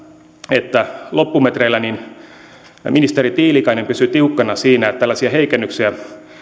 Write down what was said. että loppumetreillä ministeri tiilikainen pysyi tiukkana siinä että tällaisia heikennyksiä